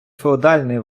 феодальної